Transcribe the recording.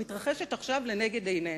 שמתרחשת עכשיו לנגד עינינו,